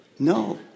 No